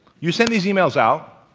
you send these emails out,